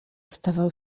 stawał